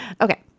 Okay